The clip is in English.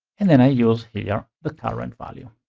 and then i use here the current value.